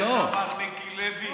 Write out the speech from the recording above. איך אמר מיקי לוי?